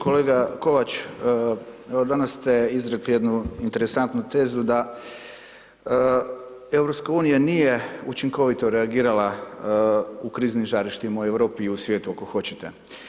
Kolega Kovač, evo danas ste izrekli jednu interesantnu tezu da EU nije učinkovito reagirala u kriznim žarištima u Europi i u svijetu, ako hoćete.